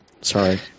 Sorry